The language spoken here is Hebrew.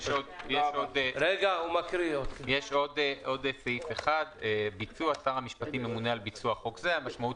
"ביצוע 4. שר המשפטים ממונה על ביצוע חוק זה." המשמעות